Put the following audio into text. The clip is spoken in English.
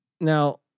Now